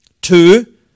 Two